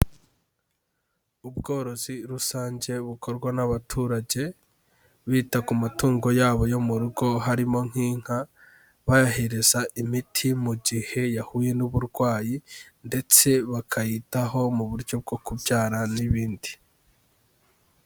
Ubworozi rusange bukorwa n'abaturage bita ku matungo yabo yo mu rugo harimo nk'inka, bayahereza imiti mu gihe yahuye n'uburwayi ndetse bakayitaho mu buryo bwo kubyara n'ibindi.